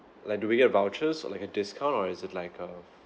like do we get vouchers or like a discount or is it like a